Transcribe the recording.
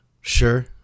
Sure